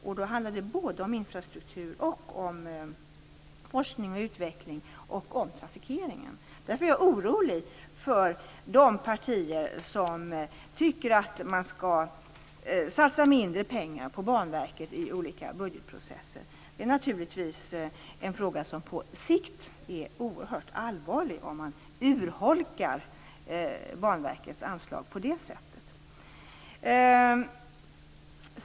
Det handlar om infrastruktur, om forskning och utveckling och om trafikering. Därför är jag orolig för de partier som tycker att man skall satsa mindre pengar på Banverket i olika budgetprocesser. Det är på sikt naturligtvis oerhört allvarligt om man urholkar Banverkets anslag på det sättet.